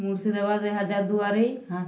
Murshidabad Hazarduari